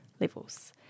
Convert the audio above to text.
levels